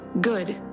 Good